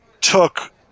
took